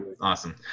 awesome